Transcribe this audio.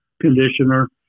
conditioner